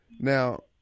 Now